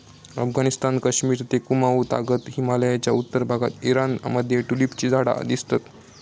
अफगणिस्तान, कश्मिर ते कुँमाउ तागत हिमलयाच्या उत्तर भागात ईराण मध्ये ट्युलिपची झाडा दिसतत